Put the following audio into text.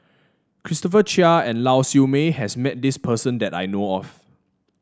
Christopher Chia and Lau Siew Mei has met this person that I know of